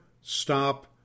stop